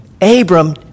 Abram